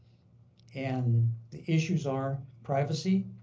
and the issues are privacy,